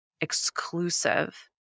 exclusive